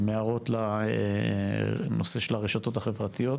עם הערות לנושא של הרשתות החברתיות,